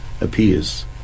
Appears